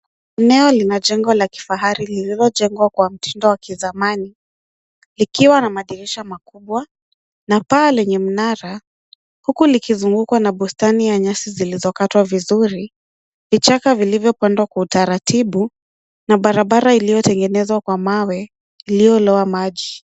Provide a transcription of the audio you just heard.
Eneo lina jengo la kifahari lililo jengwa kwa mtindo ya kizamani, ikiwa na madirisha makubwa na paa lenye mnara huku liki zungukwa na bustani ya nyasi zilizo katwa vizuri, vichaka vilivyo pandwa kwa utaratibu na barabara ilio tengenezwa kwa mawe ilio loa maji.